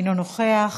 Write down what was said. אינו נוכח.